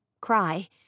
cry